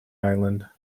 island